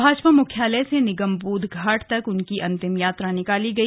भाजपा मुख्यालय से निगम बोध घाट तक उनकी अंतिम यात्रा निकाली गई